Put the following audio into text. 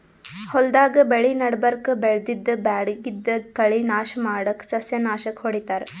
ಹೊಲ್ದಾಗ್ ಬೆಳಿ ನಡಬರ್ಕ್ ಬೆಳ್ದಿದ್ದ್ ಬ್ಯಾಡಗಿದ್ದ್ ಕಳಿ ನಾಶ್ ಮಾಡಕ್ಕ್ ಸಸ್ಯನಾಶಕ್ ಹೊಡಿತಾರ್